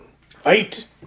Fight